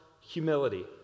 humility